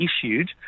issued